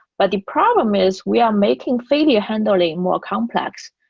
but the problem is we are making failure handling more complex,